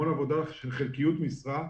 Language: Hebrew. המון עבודה של חלקיות משרה,